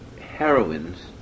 heroines